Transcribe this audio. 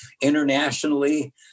internationally